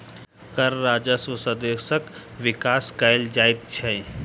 कर राजस्व सॅ देशक विकास कयल जाइत छै